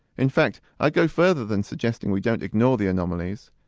in fact i go further than suggesting we don't ignore the anomalies,